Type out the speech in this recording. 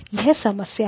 यह समस्या है